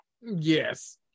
Yes